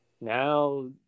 now